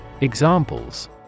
Examples